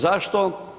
Zašto?